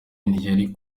ntiyari